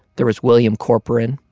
there was william corporon,